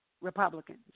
Republicans